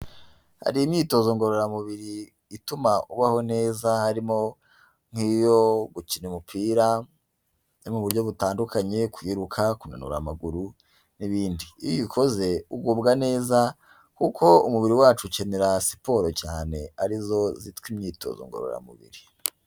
Hari imyitozo ngororamubiri ituma ubaho neza, harimo nk'iyo gukina umupira, iyo mu buryo butandukanye kwiruka, kunanura amaguru, n'ibindi. iyo uyikoze ugubwa neza, kuko umubiri wacu ukenera siporo cyane ari zo zitwa imyitozo ngororamubiri.